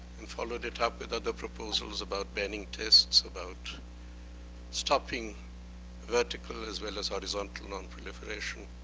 and followed it up with other proposals about banning tests, about stopping vertical, as well as horizontal, um proliferation.